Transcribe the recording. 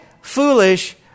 foolish